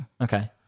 Okay